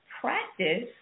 practice